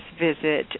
visit